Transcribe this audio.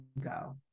go